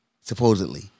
supposedly